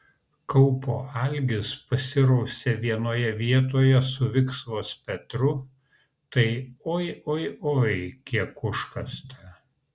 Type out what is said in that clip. kaupo algis pasirausė vienoje vietoje su viksvos petru tai oi oi oi kiek užkasta